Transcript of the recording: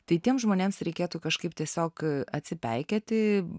tai tiems žmonėms reikėtų kažkaip tiesiog atsipeikėti